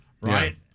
Right